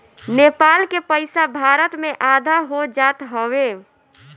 नेपाल के पईसा भारत में आधा हो जात हवे